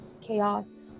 chaos